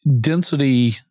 density